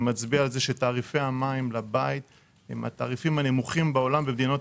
שמצביע על זה שתעריפי המים לבית הם מהתעריפים הנמוכים בעולם במדינות